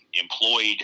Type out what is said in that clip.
employed